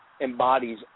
embodies